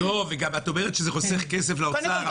את גם אומרת שזה חוסך כסף לאוצר,